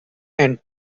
and